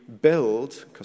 build